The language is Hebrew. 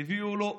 הביאו לו אוכל,